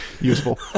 Useful